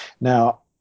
Now